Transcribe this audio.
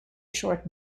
short